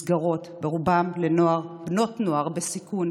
מסגרות, שרובם לנוער, בנות נוער, בסיכון.